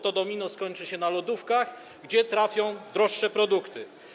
To domino skończy się na lodówkach, gdzie trafią droższe produkty.